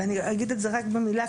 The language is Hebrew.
ואני אגיד את זה רק במילה,